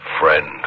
Friend